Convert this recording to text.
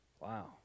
Wow